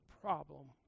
problem